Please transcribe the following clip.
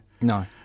No